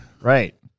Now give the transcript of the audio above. Right